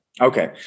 Okay